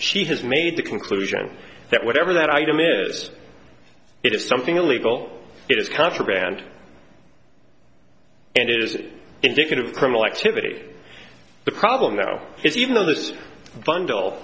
she has made the conclusion that whatever that item is it is something illegal it is contraband and it is indicative of criminal activity the problem though is even though this bundle